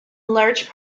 large